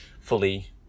fully